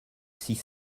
six